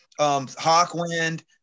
Hawkwind